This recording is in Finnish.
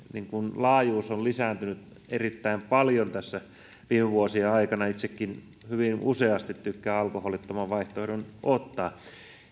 laajuus on lisääntynyt erittäin paljon tässä viime vuosien aikana itsekin hyvin useasti tykkään alkoholittoman vaihtoehdon ottaa